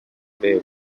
veu